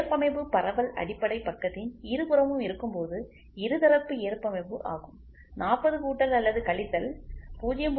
ஏற்பமைவு பரவல் அடிப்படை பக்கத்தின் இருபுறமும் இருக்கும்போது இருதரப்பு ஏற்பமைவு ஆகும் 40 கூட்டல் அல்லது கழித்தல் 0